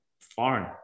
foreign